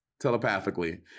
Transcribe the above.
telepathically